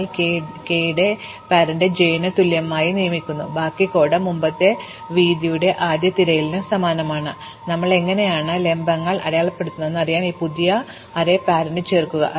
അതിനാൽ k ന്റെ രക്ഷകർത്താവിനെ j ന് തുല്യമായി ഞങ്ങൾ നിയോഗിക്കുന്നു ബാക്കി കോഡ് മുമ്പത്തെ വീതിയുടെ ആദ്യ തിരയലിന് സമാനമാണ് ഞങ്ങൾ എങ്ങനെയാണ് ലംബങ്ങൾ അടയാളപ്പെടുത്തുന്നത് എന്ന് അറിയാൻ ഈ പുതിയ അറേ പാരന്റ് ചേർക്കുക